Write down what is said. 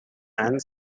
and